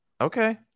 Okay